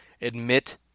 admit